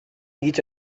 each